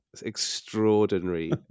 extraordinary